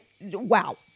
Wow